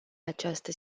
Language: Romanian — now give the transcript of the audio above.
această